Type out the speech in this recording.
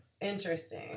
Interesting